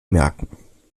merken